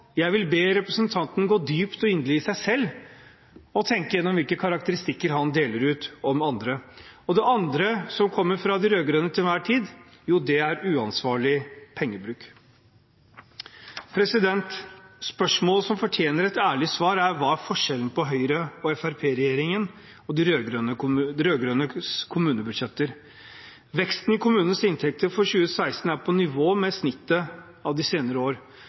Jeg vil be representanten gå dypt og inderlig i seg selv og tenke gjennom hvilke karakteristikker han deler ut om andre. Det andre punktet som kommer fra de rød-grønne til enhver tid, er uansvarlig pengebruk. Spørsmålet som fortjener et ærlig svar, er: Hva er forskjellen på Høyre–Fremskrittsparti-regjeringens og de rød-grønnes kommunebudsjetter? Veksten i kommunenes inntekter for 2016 er på nivå med snittet for de senere år,